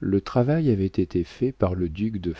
le travail avait été fait par le duc de